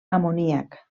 amoníac